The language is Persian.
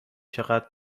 چقدر